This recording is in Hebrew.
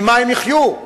ממה הם יחיו?